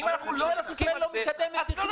ואם אנחנו לא נסכים על זה אז לא נגיע לפתרון.